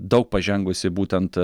daug pažengusi būtent